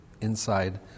inside